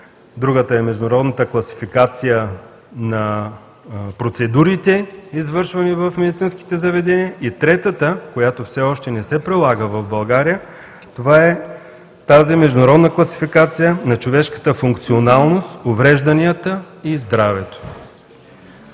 другата е Международната класификация на процедурите, извършвани в медицинските заведения. Третата, която все още не се прилага в България, това е тази Международна класификация на човешката функционалност, уврежданията и здравето.